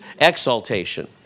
exaltation